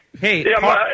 Hey